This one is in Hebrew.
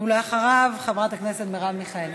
ואחריו, חברת הכנסת מרב מיכאלי.